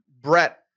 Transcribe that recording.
Brett